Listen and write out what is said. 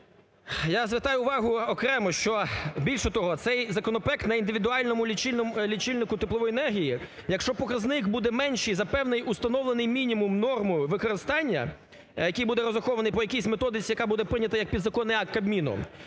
Я звертаю увагу окремо, що більше того, цей законопроект на індивідуальному лічильнику теплової енергії, якщо показник буде менший за певний установлений мінімум норми використання, який буде розрахований по якійсь методиці, яка буде прийнята як підзаконний акт Кабміном,